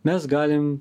mes galim